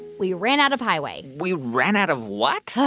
we ran out of highway we ran out of what?